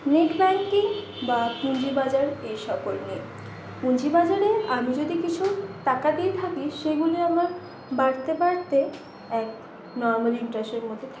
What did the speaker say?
net banking বা পুঁজি বাজার এই সকল নিয়ে পুঁজি বাজারে আমি যদি কিছু টাকা দিয়ে থাকি সেগুলি আমার বাড়তে বাড়তে এক নরমাল ইন্টারেস্টের মধ্যে থাকে